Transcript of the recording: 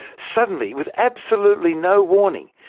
suddenly, with absolutely no warning,